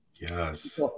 Yes